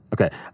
Okay